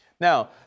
Now